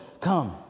come